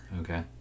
Okay